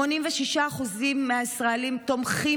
86% מהישראלים תומכים